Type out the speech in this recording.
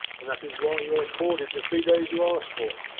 and that is why you are accorded the three days you ask for.